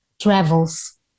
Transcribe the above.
travels